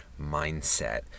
mindset